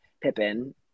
Pippin